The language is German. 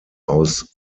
aus